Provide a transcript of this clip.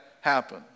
happen